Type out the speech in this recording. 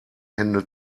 hände